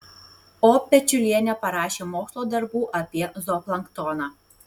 o pečiulienė parašė mokslo darbų apie zooplanktoną